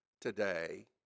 today